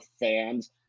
fans